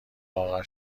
لاغر